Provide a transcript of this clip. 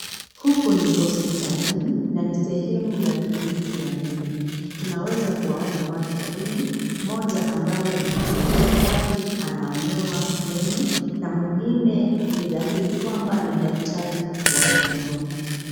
Huku ni hospitalini na ni sehemu ya kliniki ya meno. Tunaweza kuwaona watu wawili, mmoja ambaye ni mgonjwa kwani anaonewa meno na mwingine, ni dhahiri kwamba ni daktari wa meno.